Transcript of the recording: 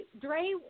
Dre